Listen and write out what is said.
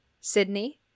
sydney